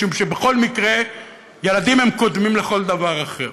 משום שבכל מקרה ילדים קודמים לכל דבר אחר.